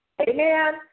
Amen